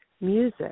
music